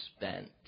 spent